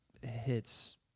hits